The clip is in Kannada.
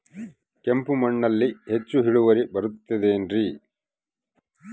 ಕೆಂಪು ಮಣ್ಣಲ್ಲಿ ಹೆಚ್ಚು ಇಳುವರಿ ಬರುತ್ತದೆ ಏನ್ರಿ?